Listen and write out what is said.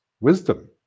wisdom